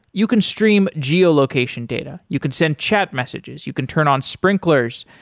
you can stream geo-location data, you can send chat messages, you can turn on sprinklers,